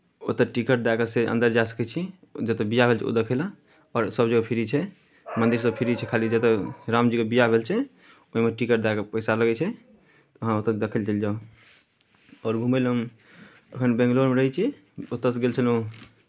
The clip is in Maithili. ओतय टिकट दए कऽ से अन्दर जा सकैत छी जतय ब्याह भेल छै ओ देखय लए आओर सभजगह फ्री छै मन्दिर सभ फ्री छै खाली जतय रामजीके ब्याह भेल छै ओहिमे टिकट दऽ कऽ पैसा लगैत छै अहाँ ओतय देखय लए चलि जाउ आओर घूमय लए हम एखन बेंगलौरमे रहै छी ओतयसँ गेल छलहुँ